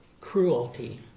cruelty